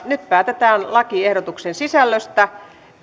nyt päätetään lakiehdotuksen sisällöstä